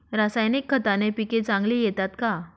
रासायनिक खताने पिके चांगली येतात का?